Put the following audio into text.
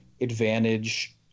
advantage